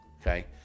okay